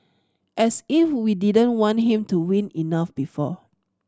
as if we didn't want him to win enough before